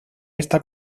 esta